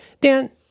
Dan